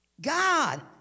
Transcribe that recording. God